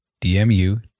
DMU